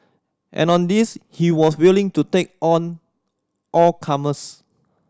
and on this he was willing to take on all comers